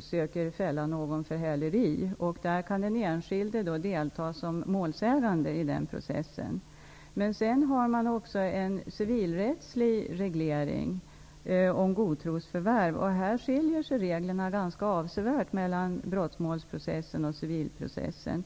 söker fälla någon för häleri. I den processen kan den enskilde delta som målsägande. Å andra sidan finns också en civilrättslig reglering av godtrosförvärv. Reglerna i brottmålsprocessen och i civilprocessen skiljer sig ganska avsevärt från varandra.